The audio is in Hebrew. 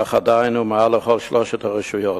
אך עדיין הוא מעל כל שלוש הרשויות.